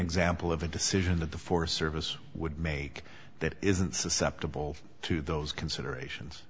example of a decision that the forest service would make that isn't susceptible to those considerations